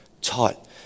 Taught